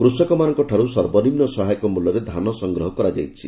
କୃଷକମାନଙ୍କ ଠାରୁ ସର୍ବନିମ୍ନ ସହାୟକ ମୂଲ୍ୟରେ ଧାନ ସଂଗ୍ରହ କରାଯାଇଛି